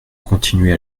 continuer